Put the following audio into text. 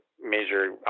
major